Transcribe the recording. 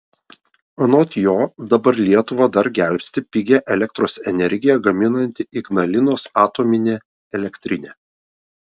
anot jo dabar lietuvą dar gelbsti pigią elektros energiją gaminanti ignalinos atominė elektrinė